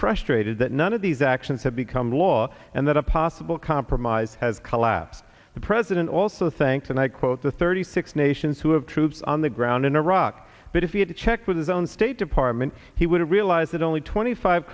frustrated that none of these actions have become law and that a possible compromise has collapsed the president also thinks and i quote the thirty six nations who have troops on the ground in iraq but if you had to check with his own state department he would realize that only twenty five